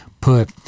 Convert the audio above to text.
put